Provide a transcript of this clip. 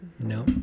No